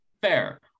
Fair